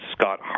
Scott